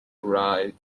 arrived